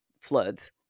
floods